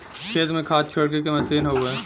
खेत में खाद छिड़के के मसीन हउवे